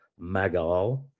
magal